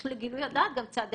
"תקשיבו,